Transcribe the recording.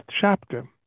chapter